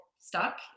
stuck